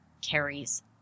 carries